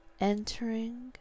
entering